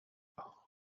borrow